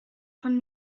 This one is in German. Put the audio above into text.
von